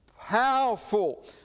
powerful